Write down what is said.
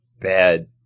bad